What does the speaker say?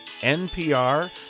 NPR